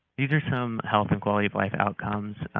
these are some health and quality-of-life outcomes